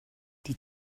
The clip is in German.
die